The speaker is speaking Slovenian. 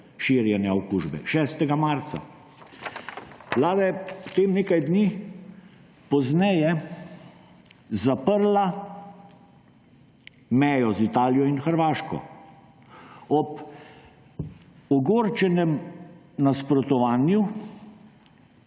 širjenja okužbe. Vlada je potem nekaj dni pozneje zaprla mejo z Italijo in Hrvaško ob ogorčenem nasprotovanju